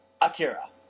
Akira